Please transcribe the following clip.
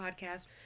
podcast